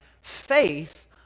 faith